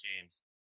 James